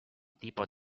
tipo